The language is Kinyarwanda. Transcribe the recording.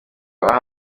aha